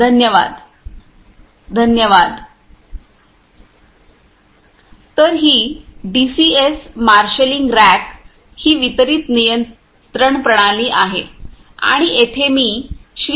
धन्यवाद धन्यवाद तर ही डीसीएस मार्शेलिंग रॅक ही वितरित नियंत्रण प्रणाली आहे आणि येथे मी श्री